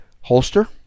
holster